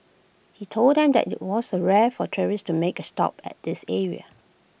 he told them that IT was the rare for tourists to make A stop at this area